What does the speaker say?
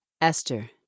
Esther